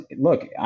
look